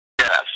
Yes